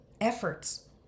efforts